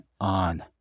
on